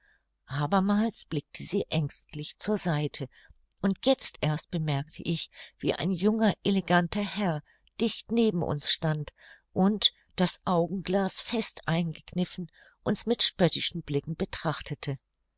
abermals blickte sie ängstlich zur seite und jetzt erst bemerkte ich wie ein junger eleganter herr dicht neben uns stand und das augenglas fest eingekniffen uns mit spöttischen blicken betrachtete